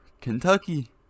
kentucky